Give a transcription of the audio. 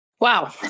Wow